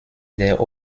der